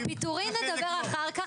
על פיטורים נדבר אחר כך.